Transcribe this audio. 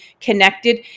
connected